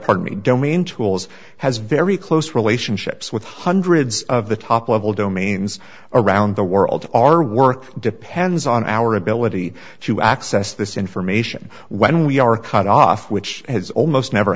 pardon me domain tools has very close relationships with hundreds of the top level domains around the world our work depends on our ability to access this information when we are cut off which has almost never